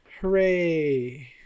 hooray